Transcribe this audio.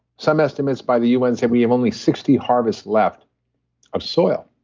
some estimates by the un said we have only sixty harvests left of soil,